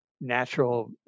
natural